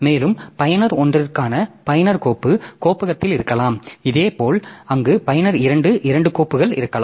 மேலும் பயனர் 1 க்கான பயனர் கோப்பு கோப்பகத்தில் இருக்கலாம் இதேபோல் அங்கு பயனர் 2 இரண்டு கோப்புகள் உள்ளன